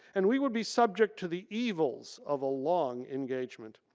and we would be subject to the evils of a long engagement.